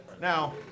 Now